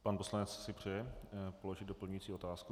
Pan poslanec si přeje položit doplňující otázku.